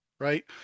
right